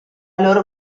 loro